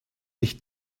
sich